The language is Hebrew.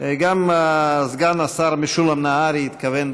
גם סגן השר משולם נהרי התכוון,